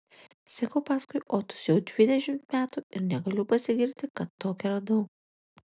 seku paskui otus jau dvidešimt metų ir negaliu pasigirti kad tokią radau